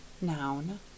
noun